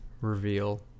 reveal